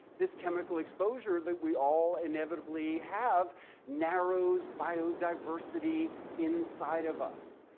this chemical exposure that we all inevitably have narrows biodiversity inside of us.